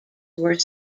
were